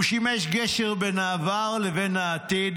הוא שימש גשר בין העבר לבין העתיד,